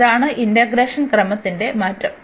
അതാണ് ഇന്റഗ്രേഷൻ ക്രമത്തിന്റെ മാറ്റം